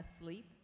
asleep